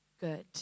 good